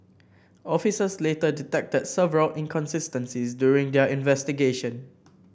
officers later detected several inconsistencies during their investigation